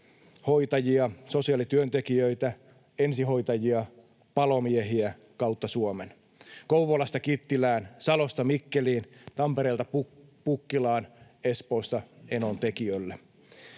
hoitajia, sosiaalityöntekijöitä, ensihoitajia ja palomiehiä kautta Suomen: Kouvolasta Kittilään, Salosta Mikkeliin, Tampereelta Pukkilaan, Espoosta Enontekiölle.